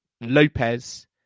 Lopez